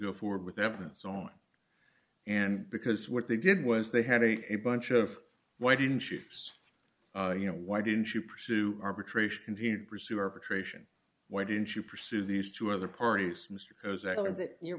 go forward with evidence on and because what they did was they had a bunch of why didn't she fs you know why didn't you pursue arbitration didn't pursue arbitration why didn't you pursue these two other parties